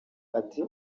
ati